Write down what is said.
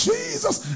Jesus